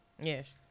Yes